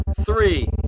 three